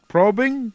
Probing